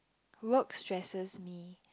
work stresses me